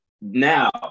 now